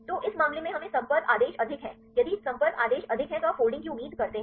तो इस मामले में हमें संपर्क आदेश अधिक है यदि संपर्क आदेश अधिक है तो आप फोल्डिंग की उम्मीद करते हैं